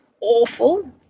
awful